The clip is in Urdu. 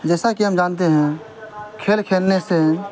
جیسا کہ ہم جانتے ہیں کھیل کھیلنے سے